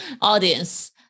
audience